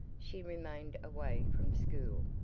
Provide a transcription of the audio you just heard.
she remained away from school,